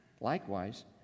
Likewise